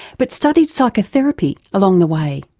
but studied psychotherapy along the way.